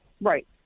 Right